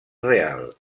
real